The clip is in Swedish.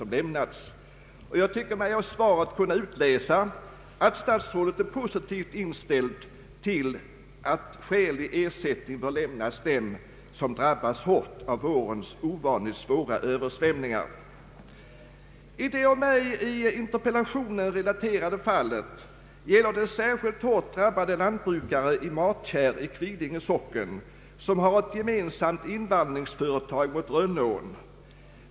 I stort tycker jag mig kunna utläsa av svaret att statsrådet är positivt inställd till att skälig ersättning lämnas dem som drabbats hårt av vårens ovanligt svåra översvämningar. I det av mig i interpellationen relaterade fallet gäller det särskilt hårt drabbade lantbrukare i Matkärr i Kvidinge socken, som har ett gemensamt invallningsföretag mot Rönneån.